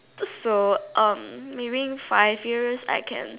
so um maybe five years I can